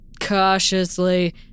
cautiously